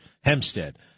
Hempstead